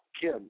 Kim